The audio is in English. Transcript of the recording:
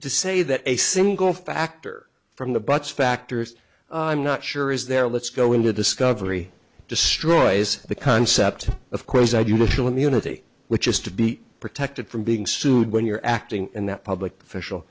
to say that a single factor from the bunch factors i'm not sure is there let's go into discovery destroys the concept of cause i do little immunity which is to be protected from being sued when you're acting in that public official